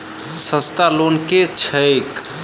सस्ता लोन केँ छैक